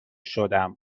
شدم